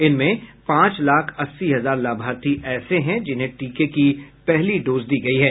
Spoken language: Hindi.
इनमें पांच लाख अस्सी हजार लाभार्थी ऐसे हैं जिन्हें टीके की पहली डोज दी गयी है